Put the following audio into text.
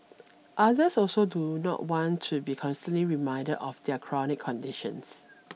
others also do not want to be constantly reminded of their chronic conditions